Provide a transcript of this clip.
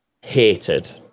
hated